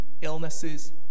illnesses